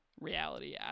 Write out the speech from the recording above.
reality